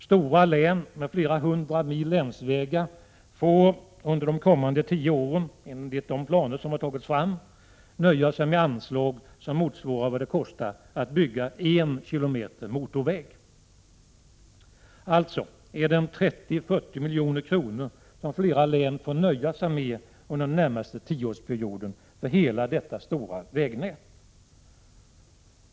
Stora län med flera hundra mil länsvägar får under de kommande tio åren, enligt de planer som har tagits fram, nöja sig med anslag som motsvarar vad det kostar att bygga 1 km motorväg. 3040 milj.kr. är alltså vad flera län får nöja sig med under den närmaste tioårsperioden vad gäller hela detta stora vägnät.